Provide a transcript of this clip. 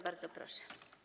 Bardzo proszę.